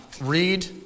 read